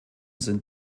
sind